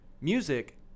Music